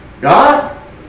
God